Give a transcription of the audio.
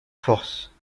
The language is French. forces